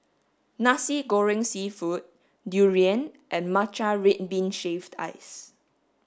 Nasi Goreng seafood durian and matcha red bean shaved ice